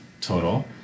total